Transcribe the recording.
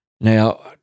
Now